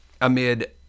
amid